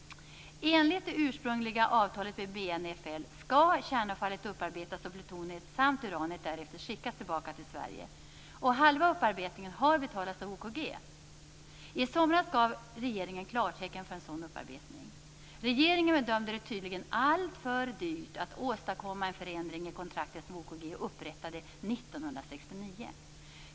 Enligt det ursprungliga avtalet med BNFL skall kärnavfallet upparbetas och plutoniet samt uranet därefter skickas tillbaka till Sverige. Halva upparbetningen har betalats av OKG. I somras gav regeringen klartecken för en sådan upparbetning. Regeringen bedömde det tydligen alltför dyrt att åstadkomma en förändring av det kontrakt som OKG upprättade 1969.